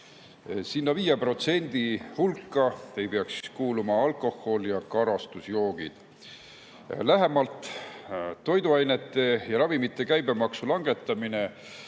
Sinna 5% hulka ei peaks kuuluma alkohol ja karastusjoogid. Lähemalt. Toiduainete ja ravimite käibemaksu langetamine